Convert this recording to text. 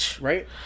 Right